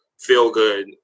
feel-good